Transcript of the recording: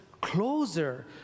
closer